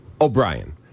O'Brien